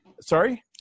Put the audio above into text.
sorry